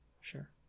sure